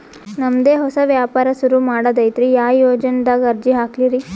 ನಮ್ ದೆ ಹೊಸಾ ವ್ಯಾಪಾರ ಸುರು ಮಾಡದೈತ್ರಿ, ಯಾ ಯೊಜನಾದಾಗ ಅರ್ಜಿ ಹಾಕ್ಲಿ ರಿ?